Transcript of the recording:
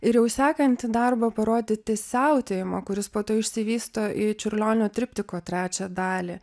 ir jau sekantį darbą parodyti siautėjimą kuris po to išsivysto į čiurlionio triptiko trečią dalį